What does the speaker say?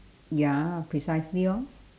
ya precisely lor